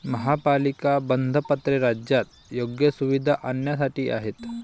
महापालिका बंधपत्रे राज्यात योग्य सुविधा आणण्यासाठी आहेत